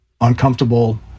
uncomfortable